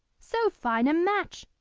so fine a match!